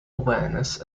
awareness